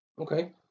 Okay